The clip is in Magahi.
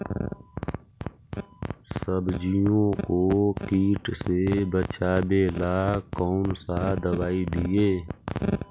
सब्जियों को किट से बचाबेला कौन सा दबाई दीए?